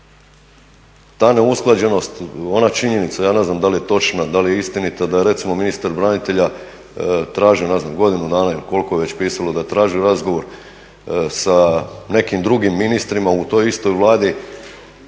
Ta neusklađenost, ona činjenica ja ne zna da li je točna, da li je istinita, da je recimo ministar branitelja tražio godinu dana ili koliko već je pisalo da je tražio razgovor sa nekim dugim ministrima u toj istoj Vladi.